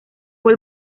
fue